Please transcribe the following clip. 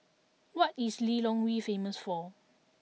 what is Lilongwe famous for